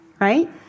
right